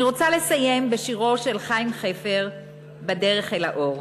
אני רוצה לסיים בשירו של חיים חפר "בדרך אל האור":